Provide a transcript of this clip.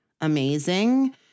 amazing